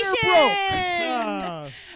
Congratulations